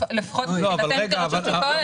לפחות מבחינתנו כרשות שוק ההון.